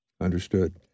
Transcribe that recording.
Understood